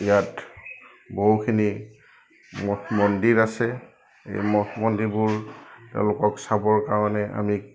ইয়াত বহুখিনি মঠ মন্দিৰ আছে এই মঠ মন্দিৰবোৰ তেওঁলোকক চাবৰ কাৰণে আমি